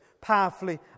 powerfully